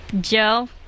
Joe